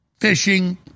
fishing